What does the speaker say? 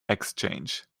exchange